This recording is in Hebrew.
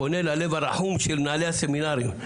פונה ללב הרחום של מנהלי הסמינרים.